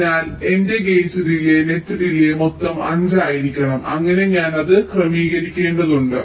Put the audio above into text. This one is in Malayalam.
അതിനാൽ എന്റെ ഗേറ്റ് ഡിലേയ് നെറ്റ് ഡിലേയ് മൊത്തം 5 ആയിരിക്കണം അങ്ങനെ ഞാൻ അത് ക്രമീകരിക്കേണ്ടതുണ്ട്